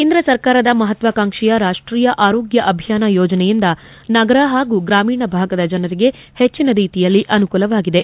ಕೇಂದ್ರ ಸರ್ಕಾರದ ಮಹತ್ವಾಕಾಂಕ್ಷಿಯ ರಾಷ್ಷೀಯ ಆರೋಗ್ಯ ಅಭಿಯಾನ ಯೋಜನೆಯಿಂದ ನಗರ ಹಾಗೂ ಗ್ರಾಮೀಣ ಭಾಗದ ಜನರಿಗೆ ಹೆಚ್ಚನ ರೀತಿಯಲ್ಲಿ ಅನುಕೂಲವಾಗಿದೆ